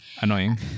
annoying